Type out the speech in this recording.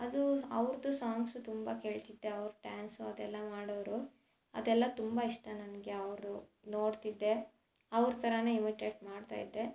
ಅದು ಅವರದ್ದು ಸಾಂಗ್ಸು ತುಂಬ ಕೇಳ್ತಿದ್ದೆ ಅವರು ಡಾನ್ಸು ಅದೆಲ್ಲ ಮಾಡೋವ್ರು ಅದೆಲ್ಲ ತುಂಬ ಇಷ್ಟ ನನಗೆ ಅವರು ನೋಡ್ತಿದ್ದೆ ಅವ್ರ ಥರ ಇಮಿಟೆಟ್ ಮಾಡ್ತಾ ಇದ್ದೆ